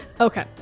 Okay